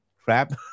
crap